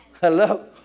Hello